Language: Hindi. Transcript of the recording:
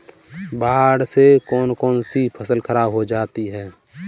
बाढ़ से कौन कौन सी फसल खराब हो जाती है?